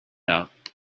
out